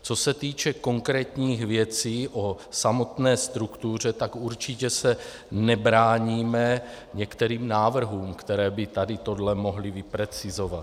Co se týče konkrétních věcí o samotné struktuře, tak určitě se nebráníme některým návrhům, které by tady tohle mohly vyprecizovat.